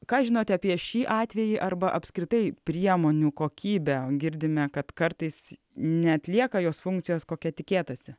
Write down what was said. ką žinote apie šį atvejį arba apskritai priemonių kokybę girdime kad kartais neatlieka jos funkcijos kokia tikėtasi